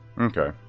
okay